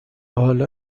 حالا